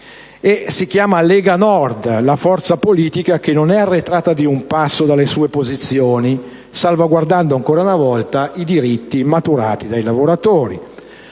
si chiama Lega Nord la forza politica che non è arretrata di un passo rispetto alle sue posizioni, salvaguardando ancora una volta i diritti maturati dai lavoratori.